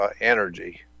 energy